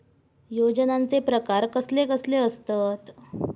योजनांचे प्रकार कसले कसले असतत?